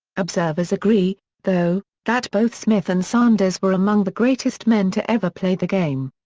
observers agree, though, that both smith and sanders were among the greatest men to ever play the game.